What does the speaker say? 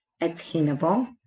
attainable